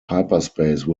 hyperspace